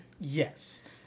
Yes